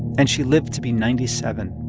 and she lived to be ninety seven.